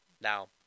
Now